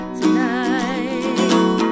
tonight